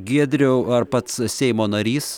giedriau ar pats seimo narys